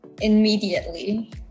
immediately